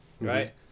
right